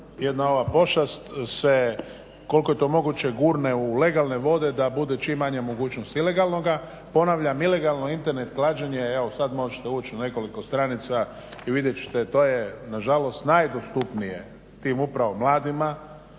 Jedna ova pošast se koliko je to moguće gurne u legalne vode da bude čim manja mogućnost ilegalnoga. Ponavljam, ilegalno internet klađenje, evo sad možete ući u nekoliko stranica i vidjet ćete, to je nažalost najdostupnije tim upravo mladima